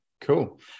Cool